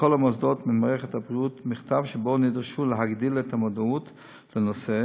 לכל המוסדות במערכת הבריאות שבו הם נדרשו להגדיל את המודעות לנושא